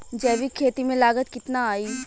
जैविक खेती में लागत कितना आई?